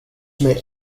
may